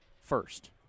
first